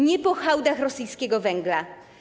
Nie po hałdach rosyjskiego węgla.